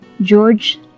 George